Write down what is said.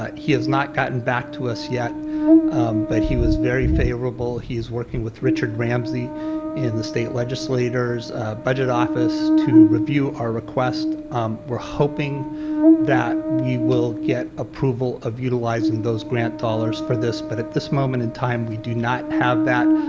ah he has not gotten back to us yet but he was very favorable, he is working with richard ramsey in the state legislature's budget office to review our request um hoping that he will get approval of utilizing those grant dollars for this but at this moment in time we do not have that,